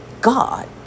God